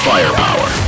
Firepower